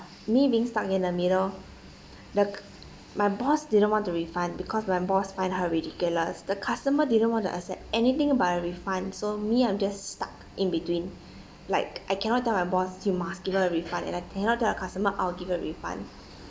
me being stuck in the middle the c~ my boss didn't want to refund because my boss find her ridiculous the customer didn't want to accept anything but refund so me I'm just stuck in between like I cannot tell my boss you must give her a refund and I cannot tell the customer I'll give a refund